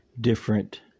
different